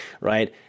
right